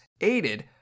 aided